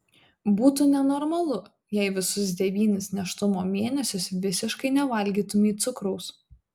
būtų nenormalu jei visus devynis nėštumo mėnesius visiškai nevalgytumei cukraus